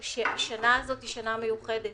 שהשנה הזאת היא שנה מיוחדת,